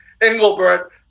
Engelbert –